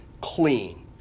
clean